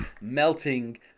melting